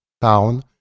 town